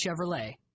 Chevrolet